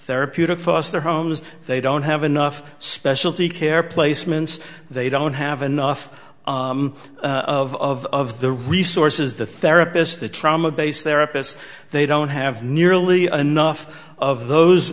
therapeutic foster homes they don't have enough specialty care placements they don't have enough of the resources the therapist the trauma based therapists they don't have nearly enough of those